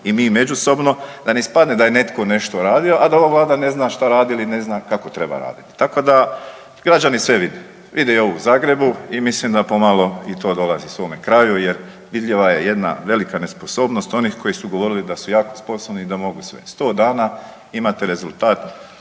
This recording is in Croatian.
i mi međusobno, da ne ispadne da je netko nešto radio, a da ova Vlada ne zna šta radi ili ne zna kako treba raditi. Tako da građani sve vide. Vide i ovo u Zagrebu i mislim da pomalo i to dolazi svome kraju, jer vidljiva je jedna velika nesposobnost onih koji su govorili da su jako sposobni i da mogu sve. 100 dana imate rezultat